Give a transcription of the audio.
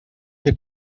que